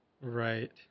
right